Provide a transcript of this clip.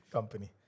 Company